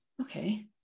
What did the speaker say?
okay